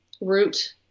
root